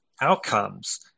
outcomes